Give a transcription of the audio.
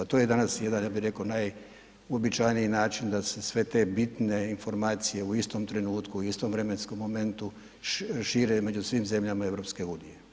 To je danas ja bi rekao najuobičajeniji način da se sve te bitne informacije u istom trenutku u istom vremenskom momentu šire među svim zemljama EU.